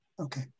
Okay